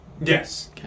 Yes